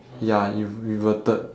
ya in~ reverted